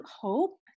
hope